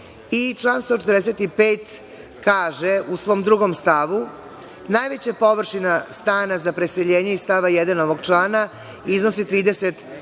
145. kaže u svom drugom stavu – najveća površina stana za preseljenje iz stava 1. ovog člana iznosi 30